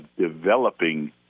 developing